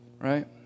right